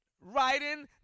writing